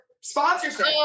sponsorship